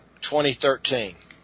2013